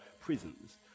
prisons